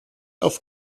auf